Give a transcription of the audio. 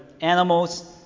animals